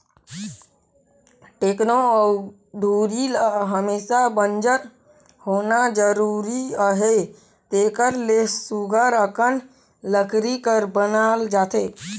टेकोना अउ धूरी ल हमेसा बंजर होना जरूरी अहे तेकर ले सुग्घर अकन लकरी कर बनाल जाथे